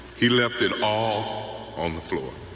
he left it all on the floor.